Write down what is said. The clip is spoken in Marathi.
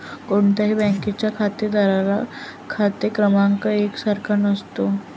कोणत्याही बँकेच्या खातेधारकांचा खाते क्रमांक एक सारखा नसतो